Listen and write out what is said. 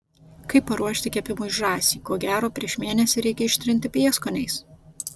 kaip paruošti kepimui žąsį ko gero prieš mėnesį reikia ištrinti prieskoniais